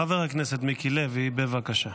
חבר הכנסת מיקי לוי, בבקשה.